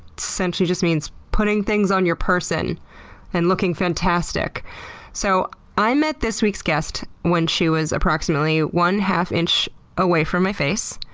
so essentially just means putting things on your person and looking fantastic so i met this week's guest when she was approximately one-half inch away from my face.